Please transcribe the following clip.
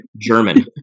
German